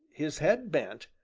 his head bent,